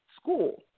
school